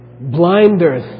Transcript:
blinders